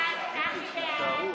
(הוראת שעה),